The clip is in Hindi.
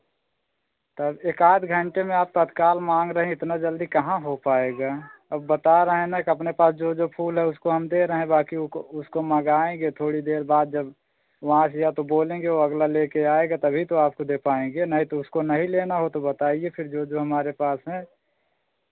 तब एकाध घंटे में आप तत्काल मांग रहे हैं इतना जल्दी कहाँ हो पाएगा अब बता रहे हैं ना अपने पास जो जो फूल है उसको हम दे रहे हैं बाँकी उको उसको मगाएंगे थोड़ी देर बाद जब वहाँ से या तो बोलेंगे वो अगला ले के आएगा तभी तो आपको दे पाएंगे नहीं तो उसको नहीं लेना हो तो बताइए फिर जो जो हमारे पास है